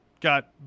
got